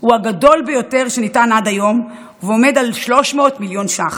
הוא הגדול ביותר שניתן עד היום ועומד על 300 מיליון שקלים.